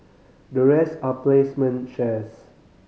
the rest are placement shares